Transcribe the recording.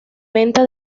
venta